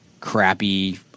crappy